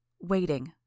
Waiting